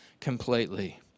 completely